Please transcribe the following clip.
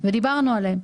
ודיברנו עליהן,